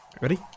Ready